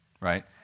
Right